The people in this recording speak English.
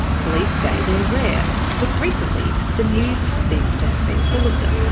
police say they're rare but recently the news seems to have been full of them.